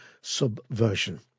Subversion